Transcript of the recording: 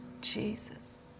Jesus